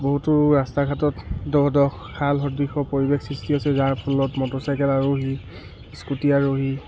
বহুতো ৰাস্তা ঘাটত দ দ খাল সদৃশ পৰিৱেশৰ সৃষ্টি হৈছে যাৰ ফলত মটৰ চাইকেল আৰোহী স্কুটি আৰোহী